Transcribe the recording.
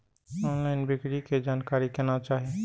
Online बिक्री के जानकारी केना चाही?